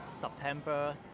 September